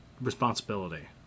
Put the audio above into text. responsibility